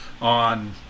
On